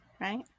Right